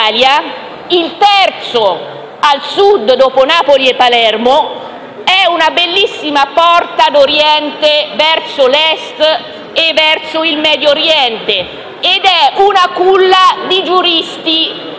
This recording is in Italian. il terzo al Sud dopo Napoli e Palermo, una bellissima porta d'oriente verso l'Est e verso il Medio Oriente, nonché una culla di giuristi di